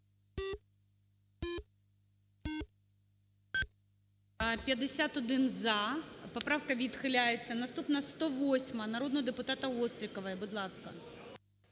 За-51 Поправка відхиляється. Наступна 108-а, народного депутата Острікової, будь ласка.